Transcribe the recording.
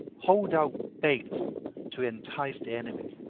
hold out baits to entice the enemy.